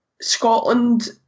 Scotland